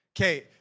Okay